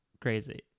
crazy